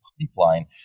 pipeline